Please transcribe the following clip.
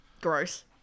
Gross